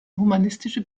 humanistische